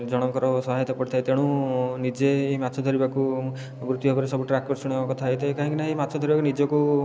ଜଣଙ୍କର ସହାୟତା ପଡ଼ିଥାଏ ତେଣୁ ନିଜେ ଏଇ ମାଛ ଧରିବାକୁ ବୃତ୍ତି ଭାବରେ ସବୁଠାରୁ ଆକର୍ଷଣୀୟ କଥା ହେଇଥାଏ କାହିଁକିନା ଏଇ ମାଛ ଧରିବାକୁ ନିଜକୁ